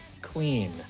clean